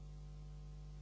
Hvala